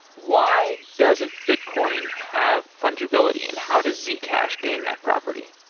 why doesn't bitcoin have fungibility, and how does zcash gain that property?